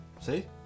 see